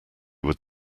would